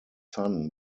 son